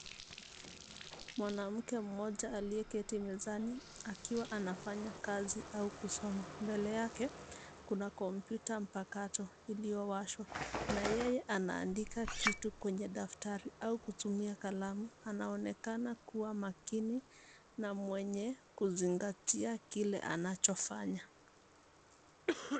Mwanamke mmoja aliyeketi mezani akiwa anafanya kazi au kusoma. Mbele yake kuna kompyuta mpakato iliyowashwa na yeye anaandika kitu kwenye daftari au kutumia kalamu. Anaonekana kuwa makini na mwenye kuzingatia kile anachofanya.